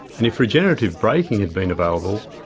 and if regenerative braking had been available,